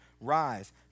rise